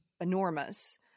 enormous